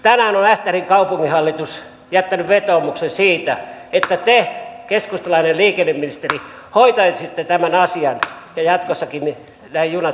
tänään on ähtärin kaupunginhallitus jättänyt vetoomuksen siitä että te keskustalainen liikenneministeri hoitaisitte tämän asian ja jatkossakin nämä junat saisivat kulkea